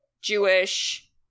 Jewish